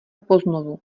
poznovu